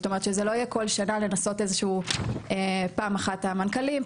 זאת אומרת שזה לא יהיה כל שנה לנסות איזשהו פעם אחת המנכ"לים,